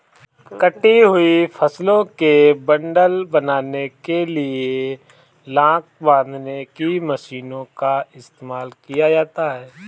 कटी हुई फसलों के बंडल बनाने के लिए लावक बांधने की मशीनों का इस्तेमाल किया जाता है